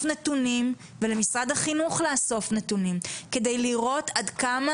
נתונים ולמשרד החינוך לאסוף נתונים על מנת לראות עד כמה